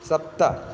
सप्त